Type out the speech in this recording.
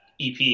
EP